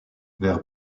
vers